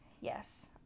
Yes